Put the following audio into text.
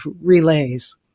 relays